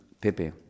Pepe